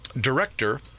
director